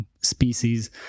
species